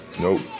Nope